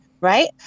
right